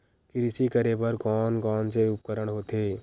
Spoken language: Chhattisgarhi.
कृषि करेबर कोन कौन से उपकरण होथे?